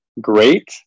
great